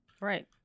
Right